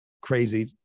crazy